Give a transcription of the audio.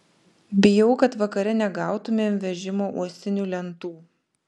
bijau kad vakare negautumėm vežimo uosinių lentų